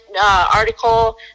article